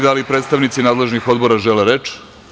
Da li predstavnici nadležnih odbora žele reč?